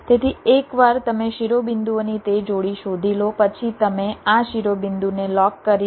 તેથી એકવાર તમે શિરોબિંદુઓની તે જોડી શોધી લો પછી તમે આ શિરોબિંદુને લોક કરી દો